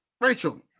Rachel